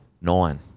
Nine